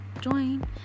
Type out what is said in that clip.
join